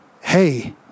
hey